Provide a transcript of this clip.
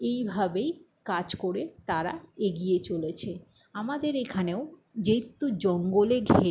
এইভাবেই কাজ করে তারা এগিয়ে চলেছে আমাদের এখানেও যেহেতু জঙ্গলে ঘেরা